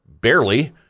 barely